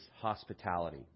hospitality